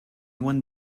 one